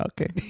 Okay